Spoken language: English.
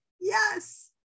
Yes